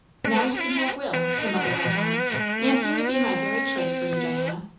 now you can have will, her mother went on and he would be my very choice for you, diana.